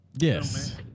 Yes